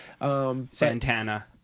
Santana